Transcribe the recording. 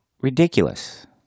ridiculous